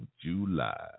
July